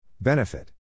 Benefit